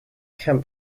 camp